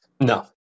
No